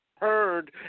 heard